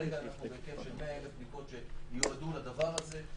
כרגע אנחנו בהיקף של 100,000 בדיקות שיועדו לדבר הזה.